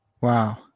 Wow